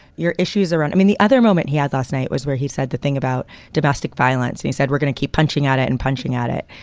your issues are on. i mean, the other moment he had last night was where he said the thing about domestic violence. he said we're going to keep punching at it and punching at it.